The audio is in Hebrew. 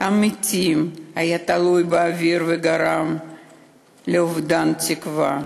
המתים היו תלויים באוויר וגרמו לאובדן תקווה.